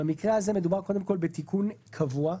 במקרה הזה מדובר קודם כול בתיקון קבוע,